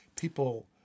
people